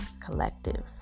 collective